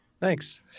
Thanks